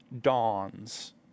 dawns